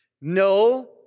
No